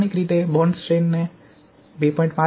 લાક્ષણિક રીતે બોન્ડ સ્ટ્રેન્થને 2